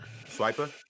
Swiper